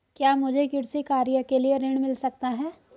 क्या मुझे कृषि कार्य के लिए ऋण मिल सकता है?